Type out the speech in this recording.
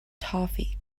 toffee